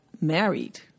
married